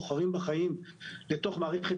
אנשים מאיזה וירוס 650 איש כל שנה, אז מערכת